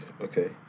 Okay